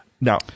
Now